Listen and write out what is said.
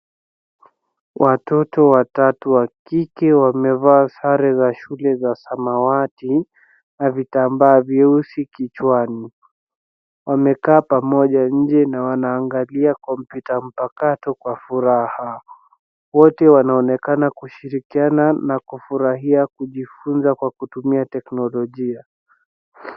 Watoto watatu wa kike wamevaa sare za shule za samawati na vitambaa vyeusi kichwani. Wamekaa pamoja nje na wanaangalia kompyuta mpakato kwa furaha. Wote wanaonekana kushirikiana na kufurahia kujifunza kwa kutumia teknolojia.